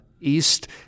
East